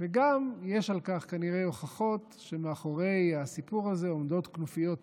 וגם יש כנראה הוכחות שמאחורי הסיפור הזה עומדות כנופיות פשע,